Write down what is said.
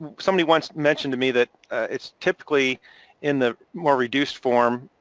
somebody, once mentioned to me that it's typically in the more reduced form,